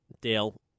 Dale